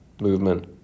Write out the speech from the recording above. movement